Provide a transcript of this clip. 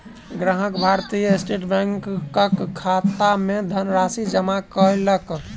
ग्राहक भारतीय स्टेट बैंकक खाता मे धनराशि जमा कयलक